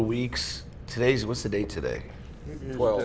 of weeks today's was today today well